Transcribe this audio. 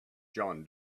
john